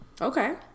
okay